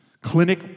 clinic